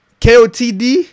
kotd